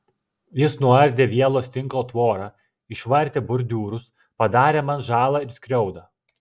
jis nuardė vielos tinklo tvorą išvartė bordiūrus padarė man žalą ir skriaudą